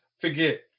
forget